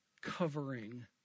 covering